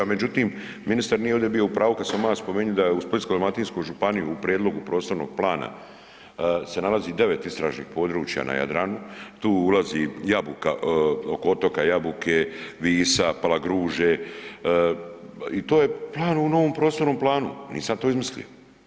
Međutim, ministar nije ovdje bio u pravu kad sam mu ja spomenuo da je Splitsko-dalmatinskoj županiji u prijedlogu prostornog plana se nalazi 9 istražnih područja na Jadranu, tu ulazi Jabuka, oko otoka Jabuke, Visa, Palagruže i to je plan u novom prostornom planu, nisam ja to izmislio.